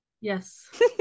Yes